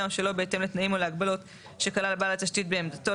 או שלא בהתאם לתנאים או להגבלות שכלל בעל התשתית בעמדתו,